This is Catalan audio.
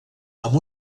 amb